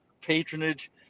patronage